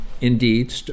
indeed